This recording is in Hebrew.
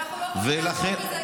אבל אנחנו לא יכולים לעמוד בזה.